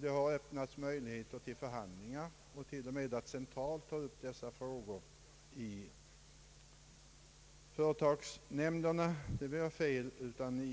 Det har öppnats möjligheter till förhandlingar och till och med att centralt ta upp dessa frågor i